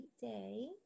day